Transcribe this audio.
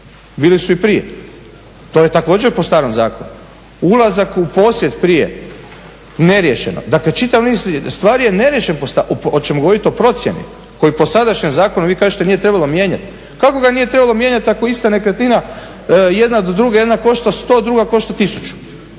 bili su i prije. To je također po starom zakonu. Ulazak u posjed prije, neriješeno. Dakle, čitav niz stvari je neriješen po starom zakonu. Hoćemo govoriti o procjeni koju po sadašnjem zakonu vi kažete nije trebalo mijenjati? Kako ga nije trebalo mijenjati ako je ista nekretnina jedna do druge, jedna košta 100 druga košta 1000.